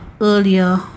earlier